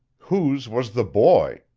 whose was the boy,